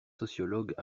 sociologues